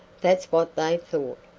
that's what they thought.